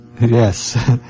Yes